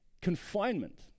confinement